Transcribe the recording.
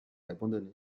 abandonné